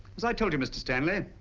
as i told you mr. stanley,